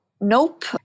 nope